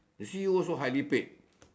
the C_E_O also highly paid